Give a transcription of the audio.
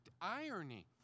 irony